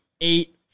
eight